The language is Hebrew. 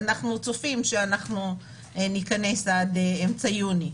אנחנו צופים שניכנס עד אמצע יוני.